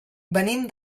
venim